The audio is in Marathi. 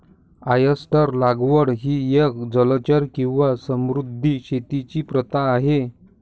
ऑयस्टर लागवड ही एक जलचर किंवा समुद्री शेतीची प्रथा आहे